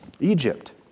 Egypt